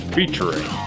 Featuring